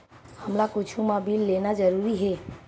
हमला कुछु मा बिल लेना जरूरी हे?